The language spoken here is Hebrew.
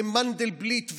במנדלבליט,